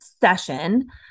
session